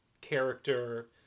character